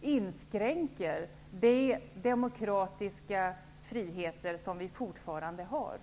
inskränker de demokratiska friheter som vi fortfarande har.